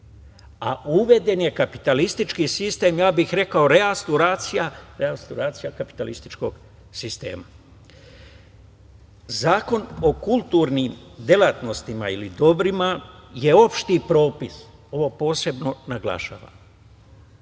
a uveden je kapitalistički sistem, rekao bi restauracija kapitalističkog sistema. Zakon o kulturnim delatnostima ili dobrima je opšti propis. Ovo posebno naglašavam.